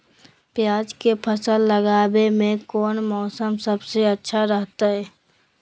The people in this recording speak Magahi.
प्याज के फसल लगावे में कौन मौसम सबसे अच्छा रहतय?